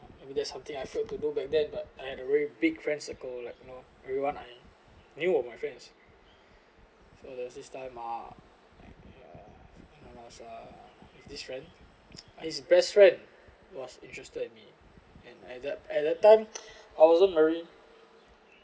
maybe that's something I failed to do back then but I had a very big friend circle like you know everyone I knew of my friends so there's this time ah uh there was a this friend is his best friend was interested in me and at the at the time I wasn't very